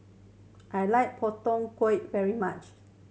I like Pak Thong Ko very much